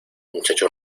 muchacho